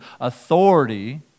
authority